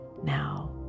Now